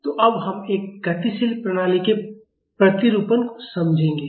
तो अब हम एक गतिशील प्रणाली के प्रतिरूपण को समझेंगे